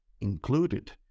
included